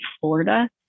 Florida